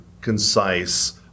concise